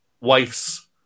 wife's